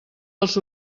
dels